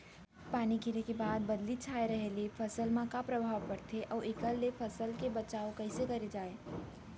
पानी गिरे के बाद बदली छाये रहे ले फसल मा का प्रभाव पड़थे अऊ एखर ले फसल के बचाव कइसे करे जाये?